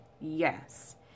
yes